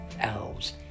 elves